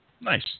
nice